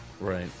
Right